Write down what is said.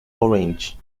orange